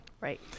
right